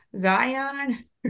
Zion